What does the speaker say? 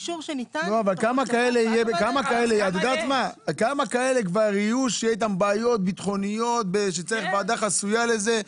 כמה כאלה כבר יהיו שיהיו איתם בעיות ביטחוניות שצריך ועדה חסויה לזה?